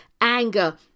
anger